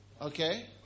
Okay